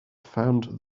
found